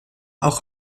auch